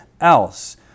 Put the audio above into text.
else